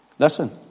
Listen